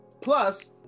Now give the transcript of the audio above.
plus